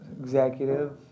executive